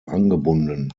angebunden